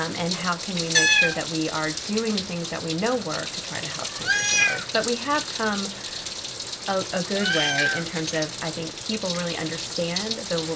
um and how can we make sure that we are doing the things that we know work to try to help cancer survivors? but we have come a good way in terms of i think people really understand the,